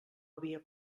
havia